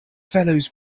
fellows